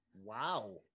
Wow